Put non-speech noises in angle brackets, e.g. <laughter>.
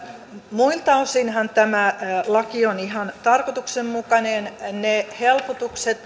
muiltahan osin tämä laki on ihan tarkoituksenmukainen ne helpotukset <unintelligible>